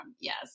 Yes